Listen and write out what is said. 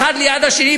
האחד ליד השני,